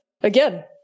again